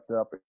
up